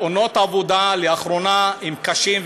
לאחרונה תאונות העבודה הן קשות,